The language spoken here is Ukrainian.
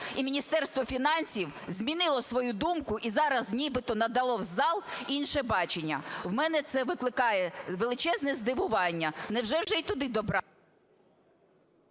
і Міністерство фінансів змінило свою думку - і зараз нібито надало в зал інше бачення. У мене це викликає величезне здивування.